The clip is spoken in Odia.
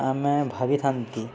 ଆମେ ଭାବିଥାନ୍ତି